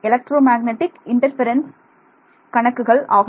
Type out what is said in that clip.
electro magnetic interference கணக்குகள் ஆகும்